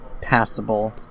passable